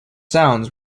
sounds